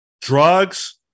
drugs